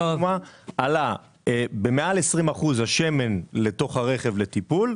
עלה במעל 20% השמן לרכב לטיפול.